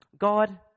God